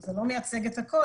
זה לא מייצג את הכול,